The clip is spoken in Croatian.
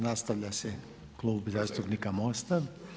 Nastavlja se Klub zastupnika MOST-a.